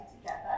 together